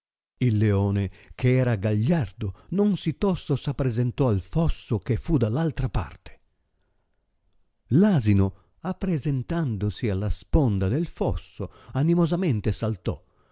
il leone eh era gagliardo non sì tosto s appresentò al fosso che fu da l'altra parte l asino appresentandosi alla sponda del fosso animosamente saltò